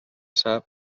sap